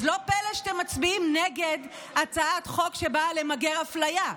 אז לא פלא שאתם מצביעים נגד הצעת חוק שבאה למגר אפליה.